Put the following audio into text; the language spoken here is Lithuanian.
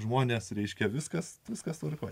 žmonės reiškia viskas viskas tvarkoje